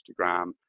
Instagram